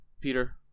Peter